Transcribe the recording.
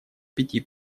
пяти